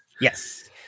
Yes